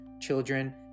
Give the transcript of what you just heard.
children